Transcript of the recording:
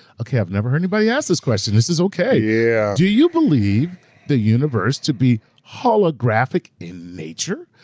okay, i've never heard anybody ask this question, this is okay, yeah do you believe the universe to be holographic in nature?